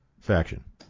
faction